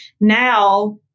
now